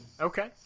Okay